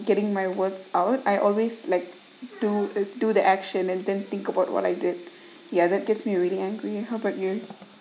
getting my words out I always like do is do the action and then think about what I did yeah that gets me really angry how about you